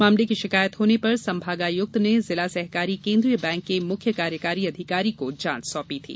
मामले की शिकायत होने पर संभागायुक्त ने जिला सहकारी केंद्रीय बैंक के मुख्य कार्यकारी अधिकारी को जांच सौंपी थी